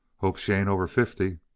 hope she ain't over fifty.